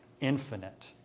infinite